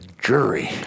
jury